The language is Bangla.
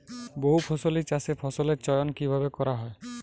বহুফসলী চাষে ফসলের চয়ন কীভাবে করা হয়?